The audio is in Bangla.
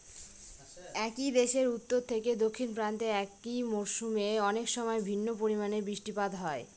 একই দেশের উত্তর থেকে দক্ষিণ প্রান্তে একই মরশুমে অনেকসময় ভিন্ন পরিমানের বৃষ্টিপাত হয়